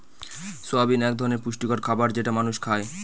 soybean এক ধরনের পুষ্টিকর খাবার যেটা মানুষ খায়